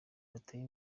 bateye